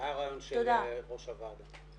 זה היה הרעיון של ראש הוועדה.